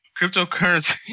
cryptocurrency